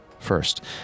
First